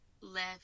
left